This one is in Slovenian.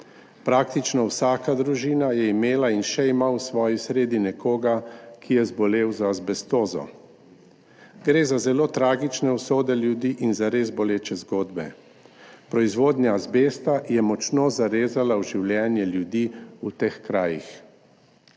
Praktično vsaka družina je imela in še ima v svoji sredi nekoga, ki je zbolel za azbestozo. Gre za zelo tragične usode ljudi in za res boleče zgodbe. Proizvodnja azbesta je močno zarezala v življenje ljudi v teh krajih.